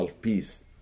peace